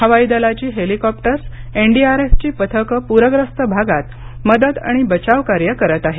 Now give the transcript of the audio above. हवाई दलाची हेलिकॉप्टर्स एनडीआरएफची पथक प्रग्रस्त भागात मदत आणि बचावकार्य करत आहेत